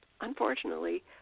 unfortunately